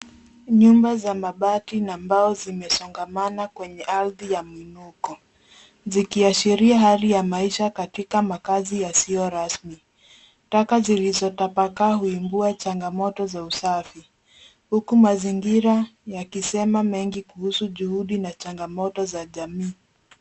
Nyumba za mabati na mbao zimesongamana kwenye ardhi ya mwinuko, zikiashiria hali ya maisha katika makazi yasiyo rasmi. Taka zilizotapakaa huibua changamoto za usafi, huku mazingira yakisema mengi kuhusu juhudi na changamoto za jamii.